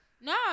no